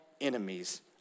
enemies